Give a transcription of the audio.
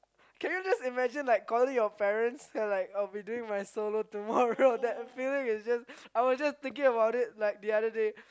can you just imagine like calling your parents and like I'll be doing my solo tomorrow that feeling is just I was just thinking about it like the other day